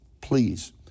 please